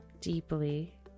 deeply